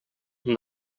when